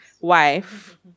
wife